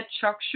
Chuck